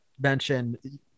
mention